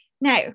Now